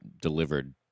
delivered